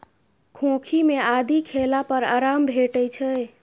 खोंखी मे आदि खेला पर आराम भेटै छै